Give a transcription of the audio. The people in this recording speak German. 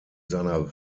seiner